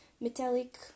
metallic